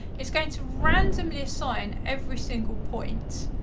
it's going to randomly assign every single point.